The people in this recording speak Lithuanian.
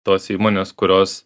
tos įmonės kurios